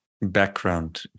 background